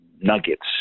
nuggets